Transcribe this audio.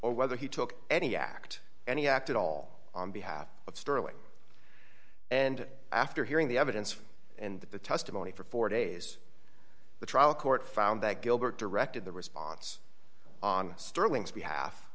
or whether he took any act and he acted all on behalf of sterling and after hearing the evidence and the testimony for four days the trial court found that gilbert directed the response on sterling's behalf